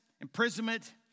imprisonment